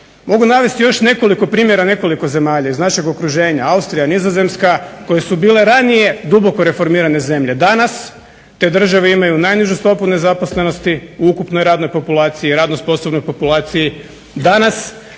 Mogu navesti još nekoliko primjera nekoliko zemalja iz našeg okruženja Austrija, Nizozemska koje su bile ranije duboko reformirane zemlje. Danas te zemlje imaju najnižu stopu nezaposlenosti u ukupnoj radnoj populaciji, radno sposobnoj populaciji. Danas